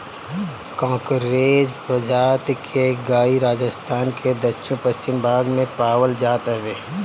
कांकरेज प्रजाति के गाई राजस्थान के दक्षिण पश्चिम भाग में पावल जात हवे